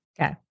Okay